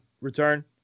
return